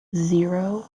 zero